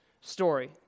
story